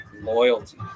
Loyalty